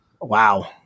Wow